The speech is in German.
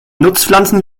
nutzpflanzen